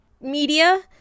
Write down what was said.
media